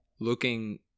looking